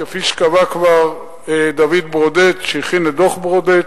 כפי שקבע כבר דוד ברודט שהכין את דוח-ברודט,